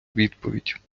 відповідь